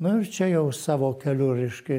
nu ir čia jau savo keliu reiškia